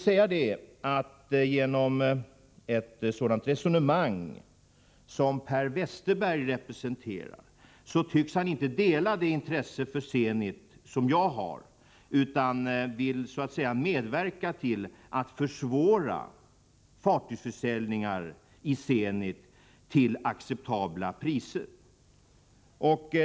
Men av Per Westerbergs resonemang att döma tycks han inte dela det intresse för Zenit som jag har, utan han vill så att säga medverka till att i stället försvåra fartygsförsäljningar i Zenit till acceptabla priser.